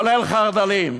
כולל חרד"לים.